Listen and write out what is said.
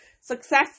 Success